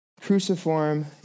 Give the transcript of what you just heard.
Cruciform